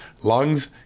lungs